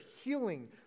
healing